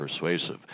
persuasive